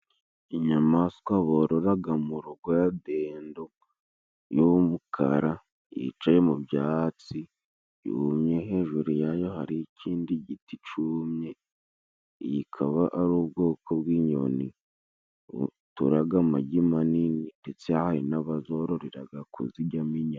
Inyamaswa bororaga mu rugo ya dendo y'umukara yicaye mu byatsi byumye, hejuru yayo hari ikindi giti cumye, iyi ikaba ari ubwoko bw'inyoni buturaga amagi manini, ndetse hari n'abazororeraga kuzijyamo inyama.